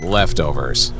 leftovers